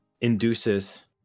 induces